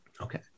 Okay